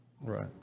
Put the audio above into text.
right